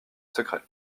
secret